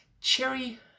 cherry